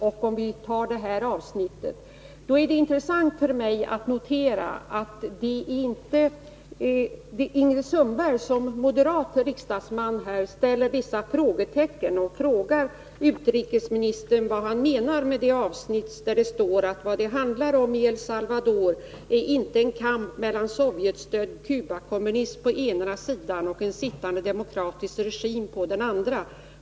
Om vi ser till det nu aktuella avsnittet är det för mig intressant att notera att Ingrid Sundberg som moderat riksdagsledamot sätter vissa frågetecken och undrar vad utrikesministern menar med följande uttalande: ”Vad det handlar om i El Salvador är inte en kamp mellan sovjetstödd Cubakommunism på den ena sidan och en sittande demokratisk regim på den andra.